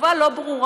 תשובה לא ברורה,